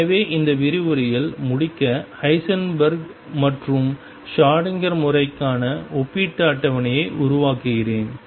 எனவே இந்த விரிவுரையில் முடிக்க ஹைசன்பெர்க் மற்றும் ஷ்ரோடிங்கர் முறைக்கான ஒப்பீட்டு அட்டவணையை உருவாக்குகிறேன்